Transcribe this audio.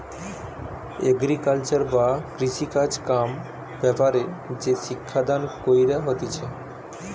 agriculture বা কৃষিকাজ কাম ব্যাপারে যে শিক্ষা দান কইরা হতিছে